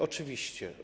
Oczywiście.